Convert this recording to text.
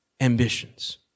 Ambitions